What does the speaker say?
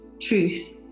Truth